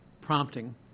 prompting